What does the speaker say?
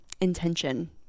intention